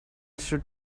should